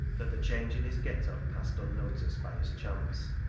that the change in his get-up passed unnoticed by his chums.